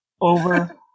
over